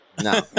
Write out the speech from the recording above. No